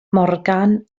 morgan